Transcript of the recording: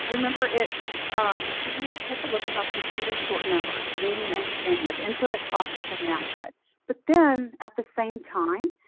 remember, the students take a look at how computers sort numbers gaining an understanding of input, processing, and output. but then, at the same time,